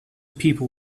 people